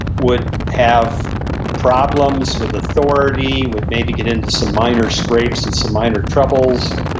would have problems with authority, would maybe get into some minor scrapes and some minor troubles,